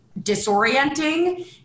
disorienting